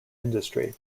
industry